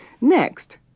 Next